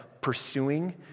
pursuing